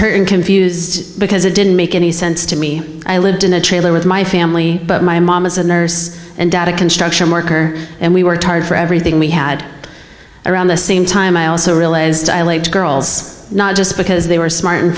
hurt and confused because it didn't make any sense to me i lived in a trailer with my family but my mom is a nurse and dad a construction worker and we worked hard for everything we had around the same time i also realized i laid girls not just because they were smart and